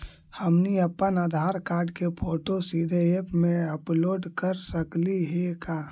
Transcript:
हमनी अप्पन आधार कार्ड के फोटो सीधे ऐप में अपलोड कर सकली हे का?